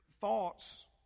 thoughts